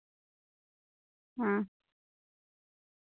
ᱦᱮᱸ